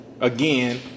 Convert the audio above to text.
again